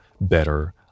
better